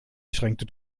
schränkte